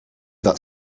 that